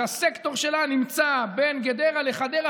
שהסקטור שלה נמצא בין גדרה לחדרה,